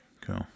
Cool